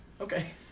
Okay